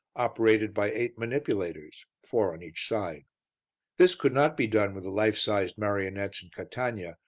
operated by eight manipulators, four on each side this could not be done with the life-sized marionettes in catania,